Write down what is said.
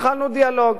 והתחלנו דיאלוג.